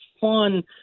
fun